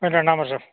അ രണ്ടാം വർഷം